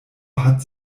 hat